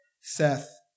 Seth